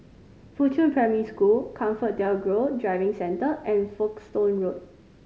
Fuchun Primary School ComfortDelGro Driving Centre and Folkestone Road